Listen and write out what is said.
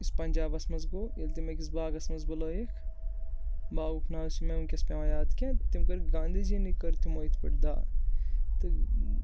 یُس پنجابَس منٛز گوٚو ییٚلہِ تِم أکِس باغس منٛز بُلٲیِکھ باغُک ناو چھِنہٕ مےٚ وٕنۍکٮ۪س پٮ۪وان یاد کینٛہہ تِم کٔرِکھ گاندھی جی نٕے کٔر تِمو یِتھ پٲٹھۍ دا تہٕ